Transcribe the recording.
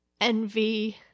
envy